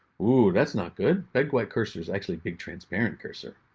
whoo that's not good. big white cursor is actually big transparent cursor.